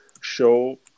show